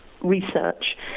research